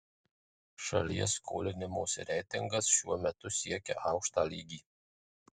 šalies skolinimosi reitingas šiuo metu siekia aukštą lygį